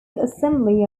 assembly